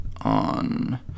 on